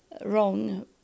wrong